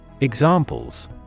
Examples